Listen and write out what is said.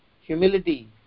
humility